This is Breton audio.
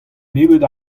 nebeut